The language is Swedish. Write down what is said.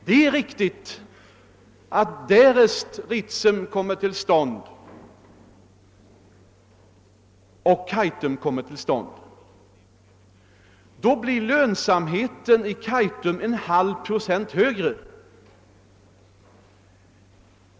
Det är riktigt att om Ritsemoch Kaitumprojekten genomförs, blir lönsamheten i Kaitum en halv procent högre.